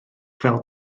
fel